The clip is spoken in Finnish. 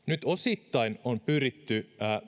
nyt on osittain pyritty